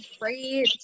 great